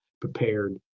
prepared